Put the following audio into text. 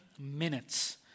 minutes